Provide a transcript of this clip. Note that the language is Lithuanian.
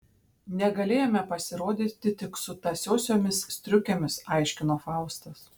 negalėjome pasirodyti tik su tąsiosiomis striukėmis aiškino faustas